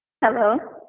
Hello